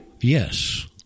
yes